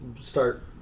start